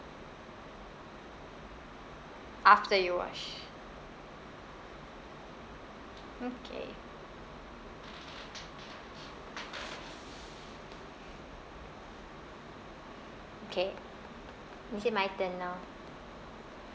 after you wash okay okay is it my turn now